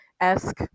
esque